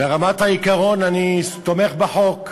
ברמת העיקרון, אני תומך בחוק.